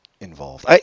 Involved